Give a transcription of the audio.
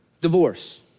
divorce